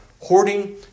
hoarding